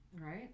Right